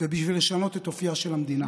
ובשביל לשנות את אופייה של המדינה,